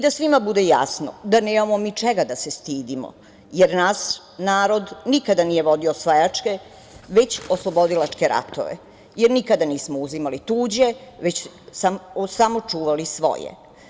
Da svima bude jasno da nemamo mi čega da se stidimo, jer naš narod nikada nije vodio osvajačke, već oslobodilačke ratove, jer nikada nismo uzimali tuđe, već samo čuvali svoje.